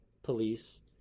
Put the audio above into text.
Police